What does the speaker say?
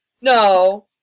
No